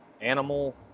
animal